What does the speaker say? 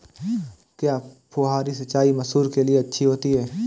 क्या फुहारी सिंचाई मसूर के लिए अच्छी होती है?